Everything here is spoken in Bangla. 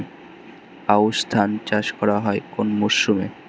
আউশ ধান চাষ করা হয় কোন মরশুমে?